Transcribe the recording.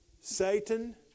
Satan